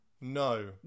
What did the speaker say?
No